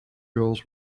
girls